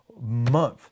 Month